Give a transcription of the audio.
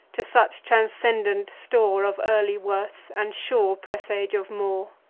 to such transcendent store of early worth, and sure presage of more?